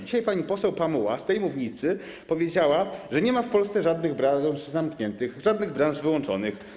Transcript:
Dzisiaj pani poseł Pamuła z tej mównicy powiedziała, że nie ma w Polsce żadnych branż zamkniętych, żadnych branż wyłączonych.